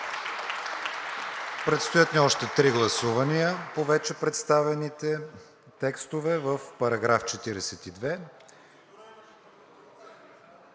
Предстоят ни още три гласувания по вече представените текстове в § 42.